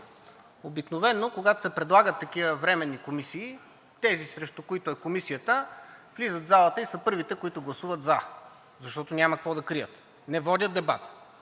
Обикновено, когато се предлагат такива временни комисии, тези, срещу които е комисията, влизат в залата и са първите, които гласуват за, защото няма какво да крият. Не водят дебат,